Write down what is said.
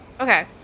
Okay